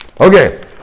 Okay